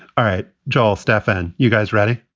all right. joel, stefan, you guys ready?